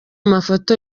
mafoto